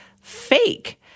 fake